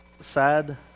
sad